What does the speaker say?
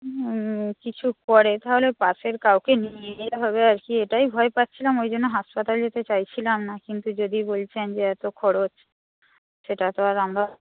কিছু করে তাহলে পাশের কাউকে নিয়ে হবে আর কি এটাই ভয় পাচ্ছিলাম ওইজন্য হাসপাতাল যেতে চাইছিলাম না কিন্তু যদি বলছেন যে এত খরচ সেটা তো আর আমরা